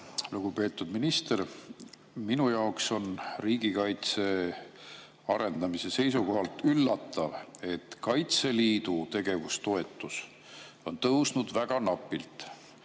Lugupeetud minister! Minu jaoks on riigikaitse arendamise seisukohalt üllatav, et Kaitseliidu tegevustoetus on tõusnud väga napilt: